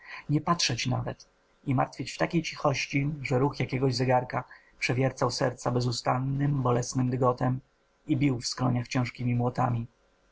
nie patrzeć nawet i martwieć w takiej cichości że ruch jakiegoś zegarka przewiercał serca bezustannym bolesnym dygotem i bił w skroniach ciężkiemi młotami